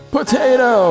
Potato